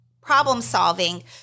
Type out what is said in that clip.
problem-solving